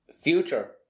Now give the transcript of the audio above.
future